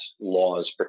law's